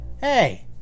hey